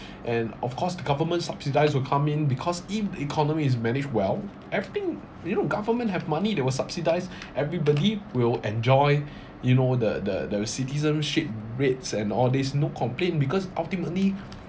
and of course the government subsidise will come in because if the economy is managed well everything you know government have money they will subsidise everybody will enjoy you know the the the citizenship rates and all these no complaint because ultimately